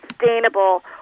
sustainable